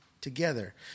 together